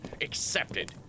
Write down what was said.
accepted